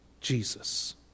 Jesus